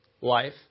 life